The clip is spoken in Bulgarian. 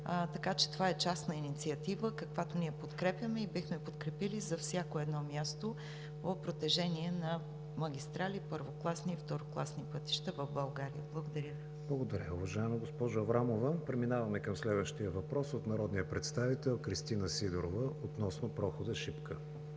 Така че това е частна инициатива, каквато ние подкрепяме и бихме подкрепили за всяко едно място по протежение на магистрали, първокласни и второкласни пътища в България. Благодаря Ви. ПРЕДСЕДАТЕЛ КРИСТИАН ВИГЕНИН: Благодаря, уважаема госпожо Аврамова. Преминаваме към следващия въпрос от народния представител Кристина Сидорова относно прохода Шипка.